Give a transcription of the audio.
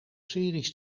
series